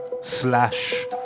Slash